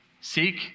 seek